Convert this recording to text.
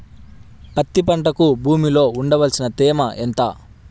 పత్తి పంటకు భూమిలో ఉండవలసిన తేమ ఎంత?